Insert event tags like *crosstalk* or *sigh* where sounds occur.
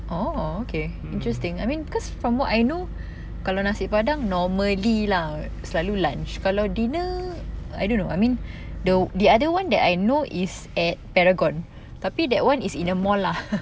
orh okay interesting I mean cause from what I know kalau nasi padang normally lah selalu lunch kalau dinner I don't know I mean the the other one that I know is at paragon tapi that one is in a mall lah *laughs*